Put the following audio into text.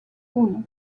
uno